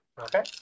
Okay